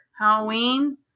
Halloween